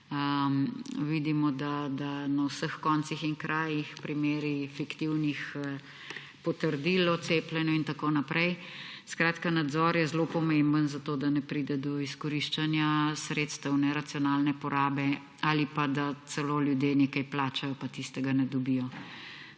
Vidimo, da so na vseh koncih in krajih primeri fiktivnih potrdil o cepljenju in tako naprej. Skratka, nadzor je zelo pomemben, zato da ne pride do izkoriščanja sredstev, neracionalne porabe ali pa da celo ljudje nekaj plačajo, pa tistega ne dobijo.